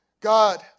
God